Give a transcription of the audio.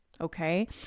okay